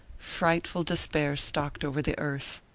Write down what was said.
frightful despair stalked over the earth.